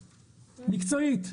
מקצועית,